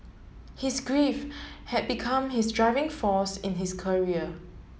his grief had become his driving force in his career